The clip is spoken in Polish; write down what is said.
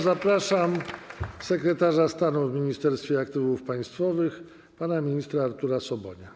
Zapraszam sekretarza stanu w Ministerstwie Aktywów Państwowych pana ministra Artura Sobonia.